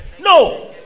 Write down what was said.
No